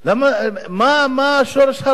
מה שורש הרע?